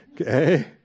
okay